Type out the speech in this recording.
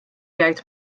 jgħid